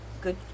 good